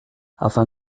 afin